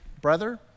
brother